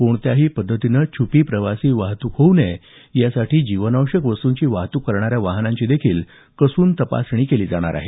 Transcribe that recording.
कोणत्याही पद्धतीने छ्पी प्रवासी वाहतुक होऊ नये यासाठी जीवनावश्यक वस्तूंची वाहतुक करणाऱ्या वाहनांचीही कसून तपासणी केली जाणार आहे